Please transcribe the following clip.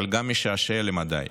אבל גם משעשע למדי.